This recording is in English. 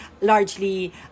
largely